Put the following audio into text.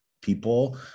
people